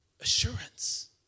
assurance